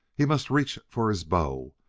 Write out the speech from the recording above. he must reach for his bow,